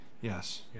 yes